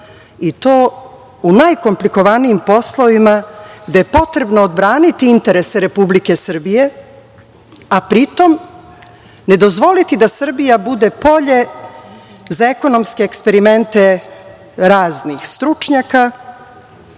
i to u najkomplikovanijim poslovima, gde je potrebno braniti interese Republike Srbije, a pri tom ne dozvoliti da Srbija bude polje za ekonomske eksperimente raznih stručnjaka